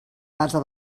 massa